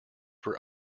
where